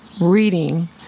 reading